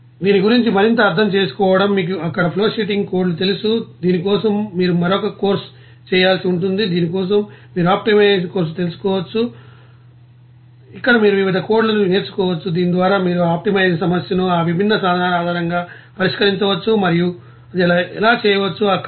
దీని గురించి మరింత అర్థం చేసుకోవడం మీకు అక్కడ ఫ్లోషీటింగ్ కోడ్లు తెలుసు దీని కోసం మీరు మరొక కోర్సు చేయాల్సి ఉంటుంది దీని కోసం మీరు ఆప్టిమైజేషన్ కోర్సును తెలుసుకోవచ్చు ఇక్కడ మీరు వివిధ కోడ్లను నేర్చుకోవచ్చు దీని ద్వారా మీరు ఆ ఆప్టిమైజేషన్ సమస్యను ఆ విభిన్న సాధనాల ఆధారంగా పరిష్కరించవచ్చు మరియు అది ఎలా చేయవచ్చు అక్కడ